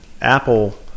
Apple